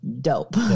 Dope